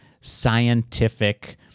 scientific